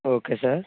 okay sir